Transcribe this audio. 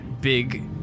big